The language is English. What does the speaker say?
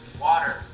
water